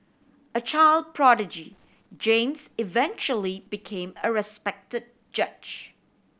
a child prodigy James eventually became a respected judge